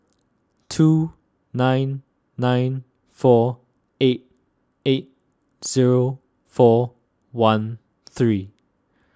two nine nine four eight eight zero four one three